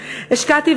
השקעתי,